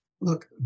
Look